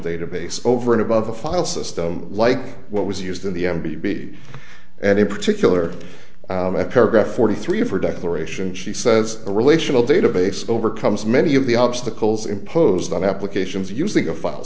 database over and above the file system like what was used in the n b b and in particular paragraph forty three of her declaration she says a relational database overcomes many of the obstacles imposed on applications using a file